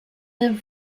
live